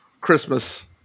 Christmas